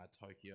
Tokyo